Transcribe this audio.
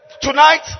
Tonight